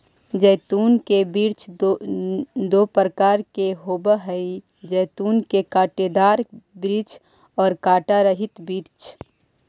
जैतून के वृक्ष दो प्रकार के होवअ हई जैतून के कांटेदार वृक्ष और कांटा रहित वृक्ष